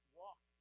walk